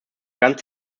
ganz